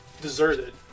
deserted